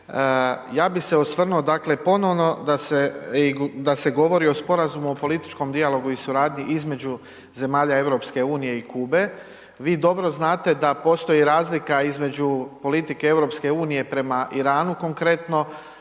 Ja bih se osvrnuo dakle ponovno da se govori o Sporazumu o političkom dijalogu i suradnji između zemalja EU i Kube, vi dobro znate da postoji razlika između politike EU prema Iranu konkretno